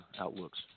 outlooks